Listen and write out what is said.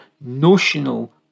notional